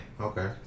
okay